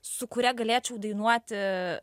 su kuria galėčiau dainuoti